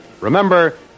Remember